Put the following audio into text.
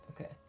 Okay